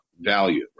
value